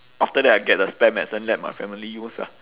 after that I get the spare medicine let my family use ah